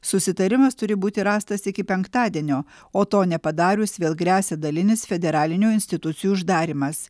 susitarimas turi būti rastas iki penktadienio o to nepadarius vėl gresia dalinis federalinių institucijų uždarymas